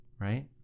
right